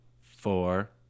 four